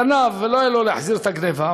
גנב ולא היה לו להחזיר את הגנבה,